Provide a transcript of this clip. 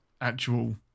actual